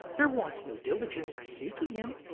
there wants no diligence in seeking him,